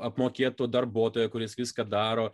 apmokėto darbuotojo kuris viską daro